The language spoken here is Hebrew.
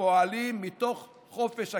הפועלים מתוך חופש אקדמי.